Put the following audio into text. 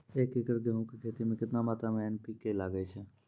एक एकरऽ गेहूँ के खेती मे केतना मात्रा मे एन.पी.के लगे छै?